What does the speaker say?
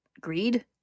Greed